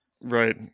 Right